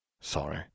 Sorry